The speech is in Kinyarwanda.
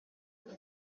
dore